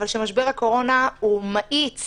אבל משבר הקורונה מאיץ